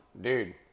dude